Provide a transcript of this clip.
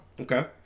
Okay